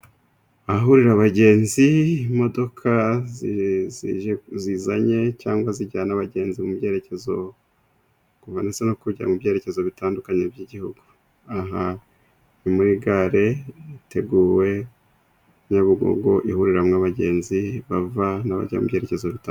Ahahurira abagenzi, imodoka zizanye cyangwa zijyana abagenzi mu byerekezo kuva no kujya mu byerekezo bitandukanye by'igihugu, ni muri gare, harateguwe, Nyabugogo ihuriramo abagenzi bava n'abajya mu byerekezo bita...